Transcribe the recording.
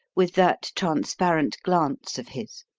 with that transparent glance of his.